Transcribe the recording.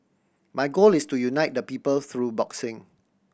my goal is to unite the people through boxing